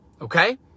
Okay